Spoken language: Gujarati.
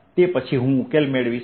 તે પછી હું ઉકેલ મેળવીશ